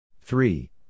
Three